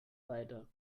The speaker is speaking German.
weiter